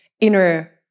inner